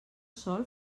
sol